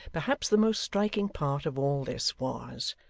perhaps the most striking part of all this was,